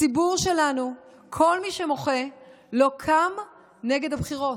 הציבור שלנו, כל מי שמוחה, לא קם נגד הבחירות.